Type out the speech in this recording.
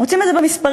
רוצים את זה במספרים?